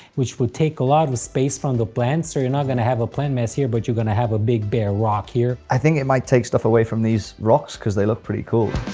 which would take a lot of space from the plants, so you're not gonna have a plant mass here, but you're gonna have a big bare rock here. i think it might take stuff away from these rocks, cause they look pretty cool.